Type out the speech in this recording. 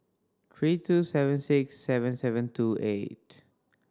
three two seven six seven seven two eight